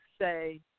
say